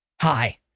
Hi